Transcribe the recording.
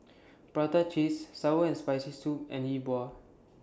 Prata Cheese Sour and Spicy Soup and Yi Bua